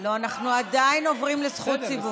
אנחנו עדיין עוברים לזכות סיום דיבור,